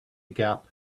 gap